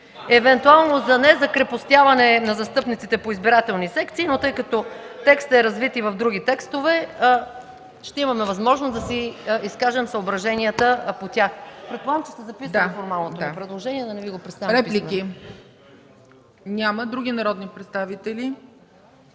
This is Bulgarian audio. евентуално за незакрепостяване на застъпниците по избирателни секции, но тъй като текстът е развит и в други текстове, ще имаме възможност да изкажем съображенията по тях. Предполагам, че си записахте формалното ми предложение, за да не Ви го предоставям писмено.